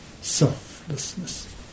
Selflessness